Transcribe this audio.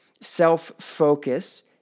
self-focus